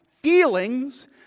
feelings